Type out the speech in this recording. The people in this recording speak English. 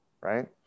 right